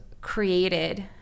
created